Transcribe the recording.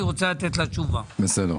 בסדר.